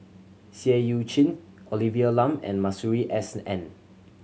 Seah Eu Chin Olivia Lum and Masuri S N